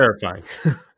terrifying